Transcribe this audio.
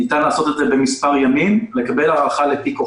ניתן לעשות את זה במספר ימים, לקבל הערכה ל-*P.